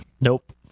Nope